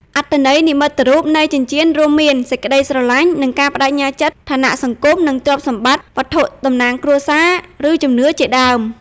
អត្ថន័យនិមិត្តរូបនៃចិញ្ចៀនរួមមាន សេចក្ដីស្រឡាញ់ និងការប្តេជ្ញាចិត្ត ឋានៈសង្គម និងទ្រព្យសម្បត្តិ វត្ថុតំណាងគ្រួសារ ឬជំនឿជាដើម។